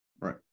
Right